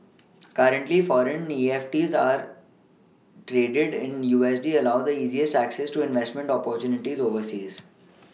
currently foreign EFTs are traded in U S D allow the easiest access to investment opportunities overseas